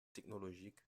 technologique